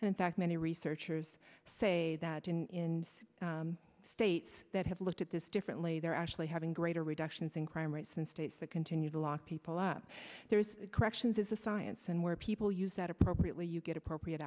and in fact many researchers say that in states that have looked at this differently they're actually having greater reductions in crime rates in states that continue to lock people up corrections is a science and where people use that appropriately you get appropriate